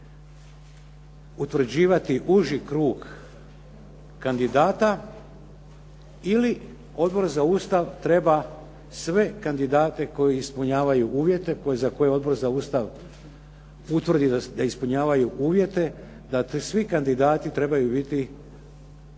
koji će utvrđivati uži krug kandidata ili Odbor za Ustav treba sve kandidate koji ispunjavaju uvjete, za koje Odbor za Ustav utvrdi da ispunjavaju uvjete da svi kandidati trebaju biti dani